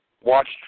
watched